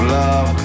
love